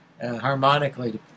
harmonically